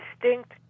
distinct